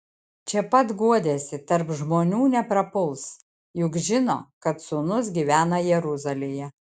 čia pat guodėsi tarp žmonių neprapuls juk žino kad sūnus gyvena jeruzalėje